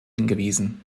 hingewiesen